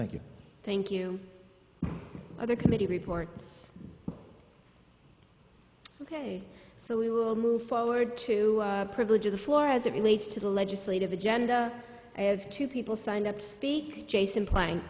thank you thank you i the committee reports ok so we will move forward to the privilege of the floor as it relates to the legislative agenda i have two people signed up to speak jason plan